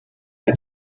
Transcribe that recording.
der